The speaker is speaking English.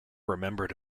remembered